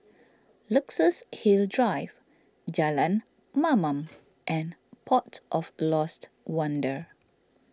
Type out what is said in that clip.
Luxus Hill Drive Jalan Mamam and Port of Lost Wonder